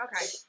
Okay